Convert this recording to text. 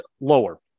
lower